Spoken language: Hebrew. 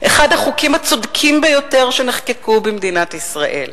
אחד החוקים הצודקים ביותר שנחקקו במדינת ישראל,